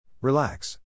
Relax